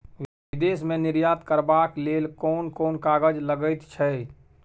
विदेश मे निर्यात करबाक लेल कोन कोन कागज लगैत छै